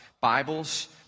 Bibles